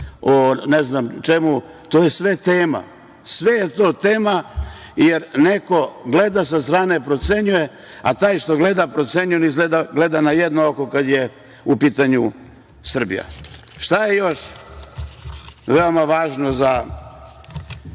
o ne znam čemu. To je sve tema. Sve je to tema, jer neko gleda sa strane, procenjuje, a taj što procenjuje gleda na jedno oko kada je u pitanju Srbija. Šta je još veoma važno za